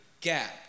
gap